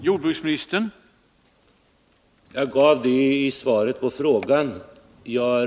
Herr talman! Jag gav det beskedet i svaret på C.-H.